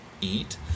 eat